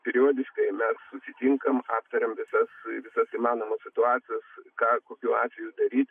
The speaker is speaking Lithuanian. periodiškai mes susitinkam aptariam visas visas įmanomas situacijas ką kokiu atveju daryt